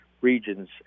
regions